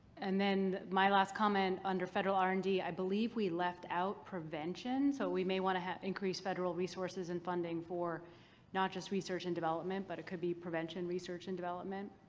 and then my last comment under federal r and d, i believe we left out prevention. so we may want to have. increase federal resources and funding for not just research and development, but it could be prevention, research and development.